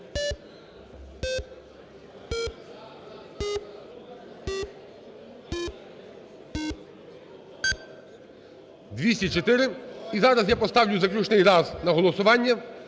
За-204 І зараз я поставлю заключний раз на голосування.